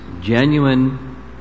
genuine